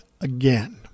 again